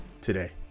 today